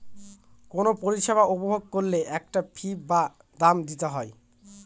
কোনো পরিষেবা উপভোগ করলে একটা ফী বা দাম দিতে হয়